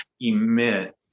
emit